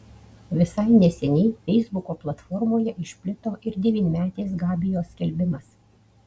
visai neseniai feisbuko platformoje išplito ir devynmetės gabijos skelbimas